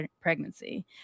pregnancy